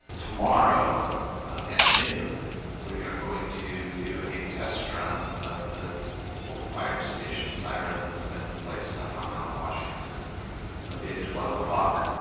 tomorrow at noon we are going to do a test run of the old fire station siren that's been placed up on mount, washington i'll be at twelve o'clock